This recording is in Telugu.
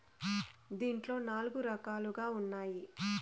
దీంట్లో నాలుగు రకాలుగా ఉన్నాయి